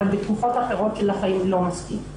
אבל בתקופות אחרות של החיים לא מספיק.